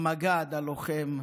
המג"ד, הלוחם,